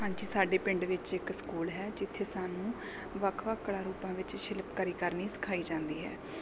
ਹਾਂਜੀ ਸਾਡੇ ਪਿੰਡ ਵਿੱਚ ਇੱਕ ਸਕੂਲ ਹੈ ਜਿੱਥੇ ਸਾਨੂੰ ਵੱਖ ਵੱਖ ਕਲਾ ਰੂਪਾਂ ਵਿੱਚ ਸ਼ਿਲਪਕਾਰੀ ਕਰਨੀ ਸਿਖਾਈ ਜਾਂਦੀ ਹੈ